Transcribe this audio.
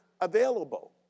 available